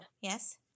Yes